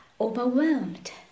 overwhelmed